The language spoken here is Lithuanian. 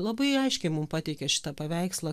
labai aiškiai mum pateikė šitą paveikslą